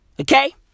Okay